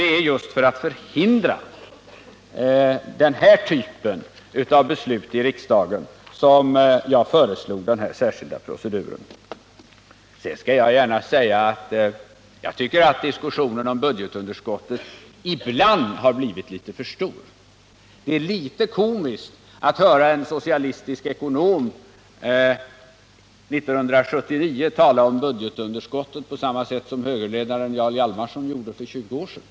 Det är just för att förhindra den typen av beslut i riksdagen som jag föreslog den här särskilda proceduren. Sedan skall jag gärna tillstå att jag tycker att diskussionen om budgetunderskottet ibland har blivit litet för omfattande. Det är dessutom litet komiskt att 1979 höra en socialistisk ekonom tala om budgetunderskott på samma sätt som högerledaren Jarl Hjalmarson gjorde för 20 år sedan.